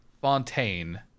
Fontaine